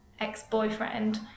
ex-boyfriend